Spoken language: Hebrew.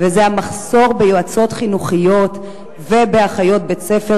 וזה המחסור ביועצות חינוכיות ובאחיות בית-ספר,